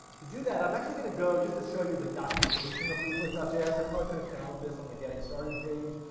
to do that, i'm actually going to go, just to show you the documentation of leaflet ah js, i probably could have found this on the getting started page,